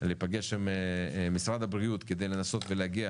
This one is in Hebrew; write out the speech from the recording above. להיפגש עם משרד הבריאות כדי לנסות ולהגיע